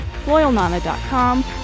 LoyalNana.com